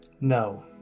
no